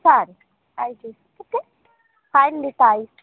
સારું આવી જઇશ ઓકે ફાઇલ લેતા આવીશ